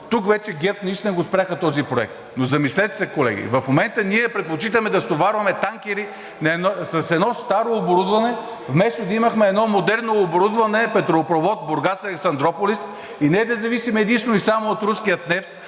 Тук вече ГЕРБ наистина го спряха този проект. Но замислете се, колеги. В момента ние предпочитаме да стоварваме танкери с едно старо оборудване, вместо да имаме едно модерно оборудване – петролопровод Бургас – Александруполис, и да не зависим единствено и само от руския нефт.